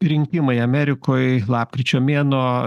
rinkimai amerikoj lapkričio mėnuo